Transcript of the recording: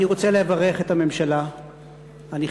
אני רוצה לברך את הממשלה הנכנסת,